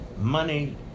money